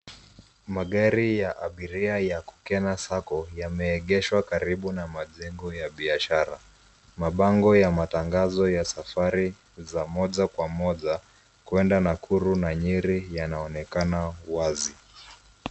Magari ya abiria ya Kokena Sacco yameegeshwa karibu na majengo ya biashara. Mabango ya matangazo ya safari za moja kwa moja kwenda Nakuru na Nyeri yanaonekana wazi.